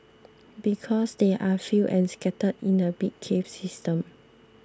because they are few and scattered in a big cave system